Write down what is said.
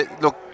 Look